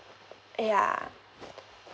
ya